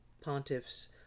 Pontiff's